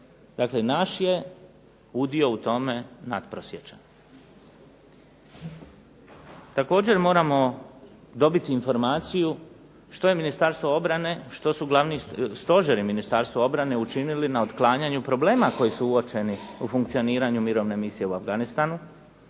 Dakle, naš je udio u tome nadprosječan. Također moramo dobiti informaciju što je Ministarstvo obrane, što su Glavni stožeri Ministarstva obrane učinili na otklanjanju problema koji su uočeni u funkcioniranju mirovne misije u Afganistanu.